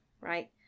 Right